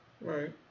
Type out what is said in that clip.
Right